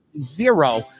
zero